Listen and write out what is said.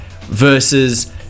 versus